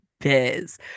biz